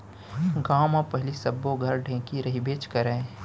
गॉंव म पहिली सब्बो घर ढेंकी रहिबेच करय